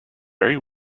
very